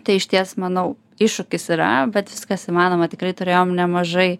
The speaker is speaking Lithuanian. tai išties manau iššūkis yra bet viskas įmanoma tikrai turėjom nemažai